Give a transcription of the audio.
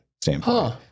standpoint